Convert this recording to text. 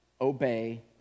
Obey